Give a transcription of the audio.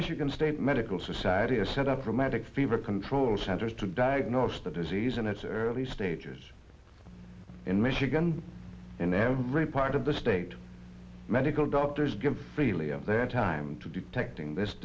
michigan state medical society is set up for matic fever control centers to diagnose the disease in its early stages in michigan in every part of the state medical doctors give freely of their time to detecting this